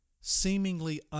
seemingly